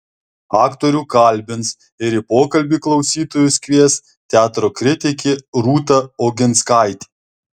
aktorių kalbins ir į pokalbį klausytojus kvies teatro kritikė rūta oginskaitė